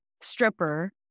stripper